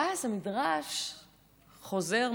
ואז המדרש חוזר,